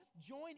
join